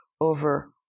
over